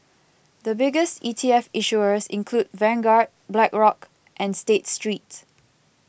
the biggest E T F issuers include Vanguard Blackrock and State Street